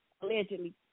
allegedly